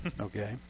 Okay